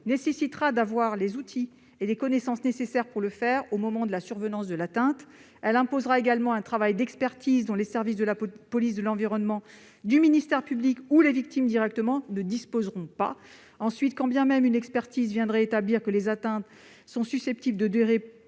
nécessite d'avoir les outils et les connaissances nécessaires au moment de la survenance de l'atteinte. Cela nécessite également une capacité d'expertise, dont les services de la police de l'environnement, du ministère public ou les victimes ne disposent pas directement. Quand bien même une expertise viendrait établir que les atteintes sont susceptibles de durer